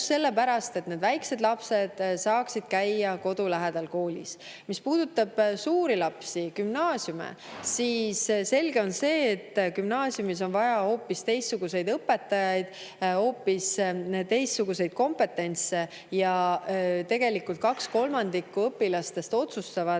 sellepärast, et väikesed lapsed saaksid käia kodu lähedal koolis. Mis puudutab suuri lapsi ja gümnaasiume, siis selge on see, et gümnaasiumis on vaja hoopis teistsuguseid õpetajaid ja hoopis teistsugust kompetentsi. Tegelikult kaks kolmandikku õpilastest otsustavad